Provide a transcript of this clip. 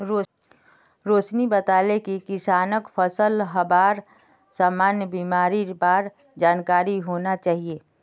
रोशिनी बताले कि किसानक फलत हबार सामान्य बीमारिर बार जानकारी होना चाहिए